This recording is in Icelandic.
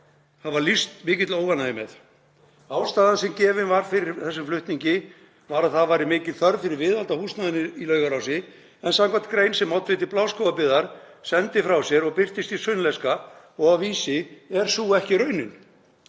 hefur lýst mikilli óánægju með. Ástæðan sem gefin var fyrir þessum flutningi var að það væri mikil þörf fyrir viðhald á húsnæðinu í Laugarási en samkvæmt grein sem oddviti Bláskógabyggðar sendi frá sér og birtist í Sunnlenska og á Vísi er sú ekki raunin.